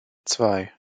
zwei